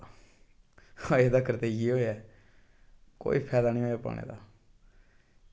अज्ज धोड़ी एह् ऐ कि कोई फायदा निं होआ पाने दा